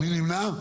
מי נמנע?